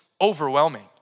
overwhelming